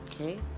Okay